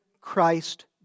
Christ